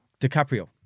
DiCaprio